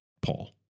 paul